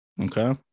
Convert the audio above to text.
okay